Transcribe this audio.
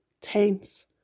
tense